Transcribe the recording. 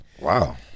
wow